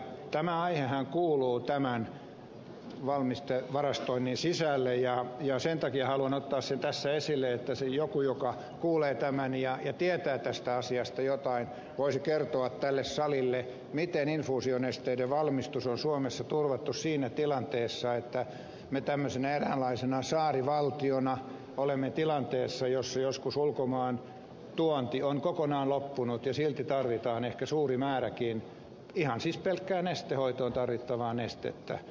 tämä aihehan kuuluu tämän valmistevarastoinnin sisälle ja sen takia haluan ottaa sen tässä esille että se joku joka kuulee tämän ja tietää tästä asiasta jotain voisi kertoa tälle salille miten infuusionesteiden valmistus on suomessa turvattu siinä tilanteessa että me tämmöisenä eräänlaisena saarivaltiona olemme tilanteessa jossa joskus ulkomaan tuonti on kokonaan loppunut ja silti tarvitaan ehkä suurikin määrä ihan siis pelkkää nestehoitoon tarvittavaa nestettä